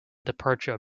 departure